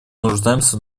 нуждаемся